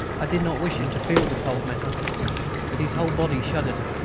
i did not wish him to feel the cold metal but his whole body shuddered,